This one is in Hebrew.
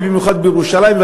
ובמיוחד בירושלים.